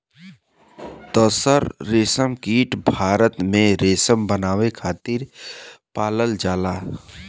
तसर रेशमकीट भारत में रेशम बनावे खातिर पालल जाला